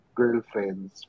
girlfriends